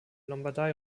lombardei